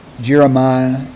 Jeremiah